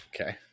Okay